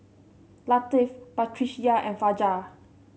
Latif Batrisya and Fajar